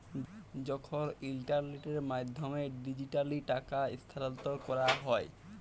যখল ইলটারলেটের মাধ্যমে ডিজিটালি টাকা স্থালাল্তর ক্যরা হ্যয়